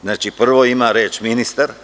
Znači, prvo ima reč ministar.